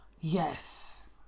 yes